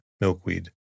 milkweed